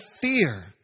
fear